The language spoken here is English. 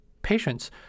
patients